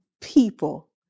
people